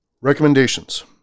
Recommendations